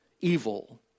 evil